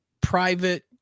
private